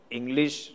English